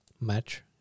match